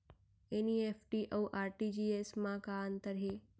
NEFT अऊ RTGS मा का अंतर हे?